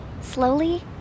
Slowly